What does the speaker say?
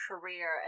career